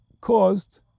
caused